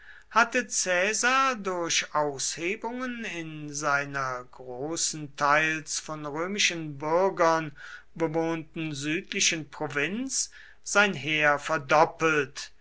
hatte caesar durch aushebungen in seiner großenteils von römischen bürgern bewohnten südlichen provinz sein heer verdoppelt